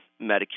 Medicare